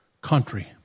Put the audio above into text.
country